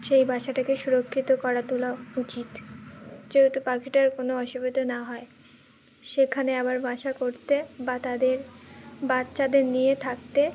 সেই বাসাটাকে সুরক্ষিত করা তোলা উচিত যেহেতু পাখিটার কোনো অসুবিধা না হয় সেখানে আবার বাসা করতে বা তাদের বাচ্চাদের নিয়ে থাকতে